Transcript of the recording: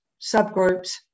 subgroups